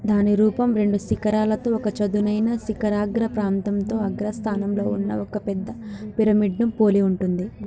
దాని రూపం రెండు శిఖరాలతో ఒక చదునైన శిఖరాగ్ర ప్రాంతంతో అగ్రస్థానంలో ఉన్న ఒక పెద్ద పిరమిడ్ను పోలి ఉంటుంది